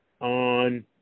on